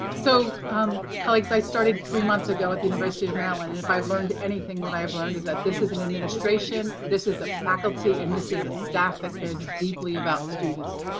so um colleagues, i started three months ago at the university of maryland. and if i've learned anything, what i have learned is that this is an administration, this is a faculty, and this is a staff that cares deeply about students.